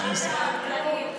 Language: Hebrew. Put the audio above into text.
מה זה "אנחנו איתך"?